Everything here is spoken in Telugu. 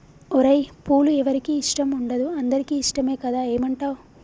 ఓరై పూలు ఎవరికి ఇష్టం ఉండదు అందరికీ ఇష్టమే కదా ఏమంటావ్